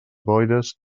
boires